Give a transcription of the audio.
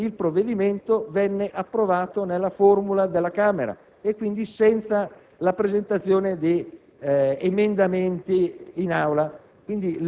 e il provvedimento venne approvato nella formulazione della Camera, senza la presentazione di emendamenti in Aula.